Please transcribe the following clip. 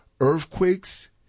earthquakes